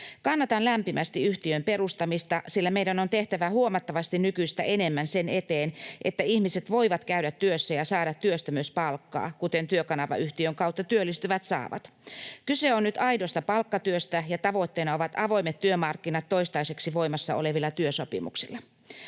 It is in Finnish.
Kannatan lämpimästi yhtiön perustamista, sillä meidän on tehtävä huomattavasti nykyistä enemmän sen eteen, että ihmiset voivat käydä työssä ja saada työstä myös palkkaa, kuten Työkanava-yhtiön kautta työllistyvät saavat. Kyse on nyt aidosta palkkatyöstä, ja tavoitteena ovat avoimet työmarkkinat toistaiseksi voimassa olevilla työsopimuksilla.